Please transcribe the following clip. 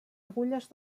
agulles